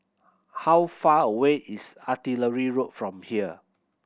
how far away is Artillery Road from here